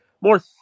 more